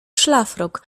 szlafrok